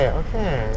okay